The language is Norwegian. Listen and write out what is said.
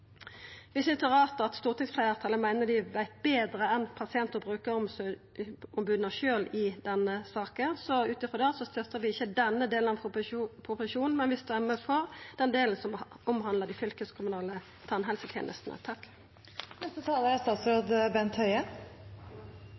Vi synest det er rart at stortingsfleirtalet meiner dei veit betre enn pasient- og brukaromboda sjølve i denne saka, så ut ifrå det støttar vi ikkje den delen av proposisjonen, men vi stemmer for den delen som omhandlar dei fylkeskommunale tannhelsetenestene. Pasient- og brukerombudsordningen er